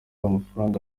amafaranga